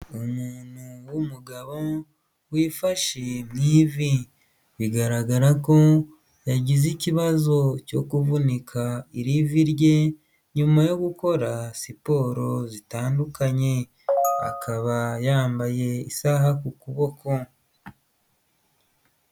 Umuntu w'umugabo wifashe mu ivi, bigaragara ko yagize ikibazo cyo kuvunika irivi rye nyuma yo gukora siporo zitandukanye akaba yambaye isaha ku kuboko.